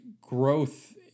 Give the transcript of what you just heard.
growth